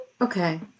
okay